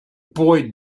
boy